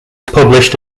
published